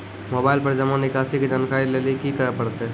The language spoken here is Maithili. मोबाइल पर जमा निकासी के जानकरी लेली की करे परतै?